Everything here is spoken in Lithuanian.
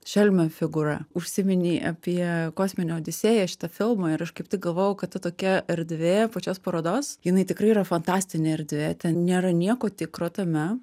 šelmio figūra užsiminei apie kosminę odisėją šitą filmą ir aš kaip tik galvojau kad ta tokia erdvė pačios parodos jinai tikrai yra fantastinė erdvė ten nėra nieko tikro tame